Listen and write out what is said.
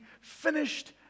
finished